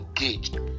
engaged